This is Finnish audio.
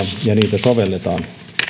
ja niitä sovelletaan